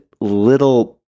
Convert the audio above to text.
little